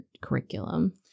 curriculum